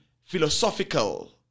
philosophical